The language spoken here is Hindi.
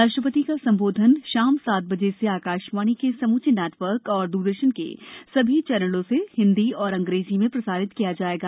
राष्ट्रपति का संबोधन शाम सात बजे से आकाशवाणी के सम्रचे नेटवर्क और द्रदर्शन के सभी चैनलों से हिंदी और अंग्रेजी में प्रसारित किया जाएगा